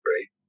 Right